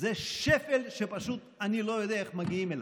זה שפל שפשוט אני לא יודע איך מגיעים אליו.